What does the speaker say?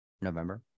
November